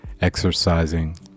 exercising